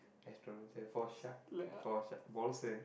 astrom~ for Shak~ for